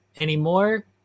anymore